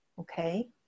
okay